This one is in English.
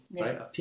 right